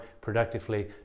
productively